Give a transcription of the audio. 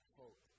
hope